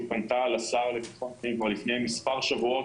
פנתה לשר לביטחון פנים כבר לפני מספר שבועות,